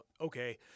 okay